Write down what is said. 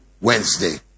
Wednesday